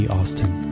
Austin